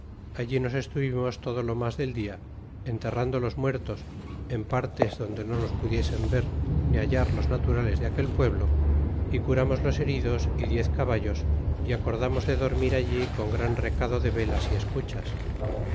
allí nos estuvimos todo lo mas del dia enterrando los muertos en partes donde no os pudiesen ver ni hallar los naturales de aquel pueblo y curamos los heridos y diez caballos y acordamos de dormir allí con gran recado de velas y escuchas